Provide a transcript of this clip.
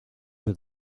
with